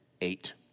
Eight